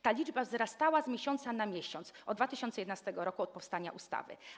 Ta liczba wzrastała z miesiąca na miesiąc od 2011 r., od powstania ustawy.